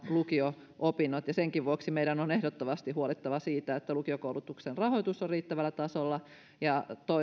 lukio opinnot senkin vuoksi meidän on ehdottomasti huolehdittava siitä että lukiokoulutuksen rahoitus on riittävällä tasolla ja